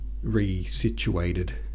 re-situated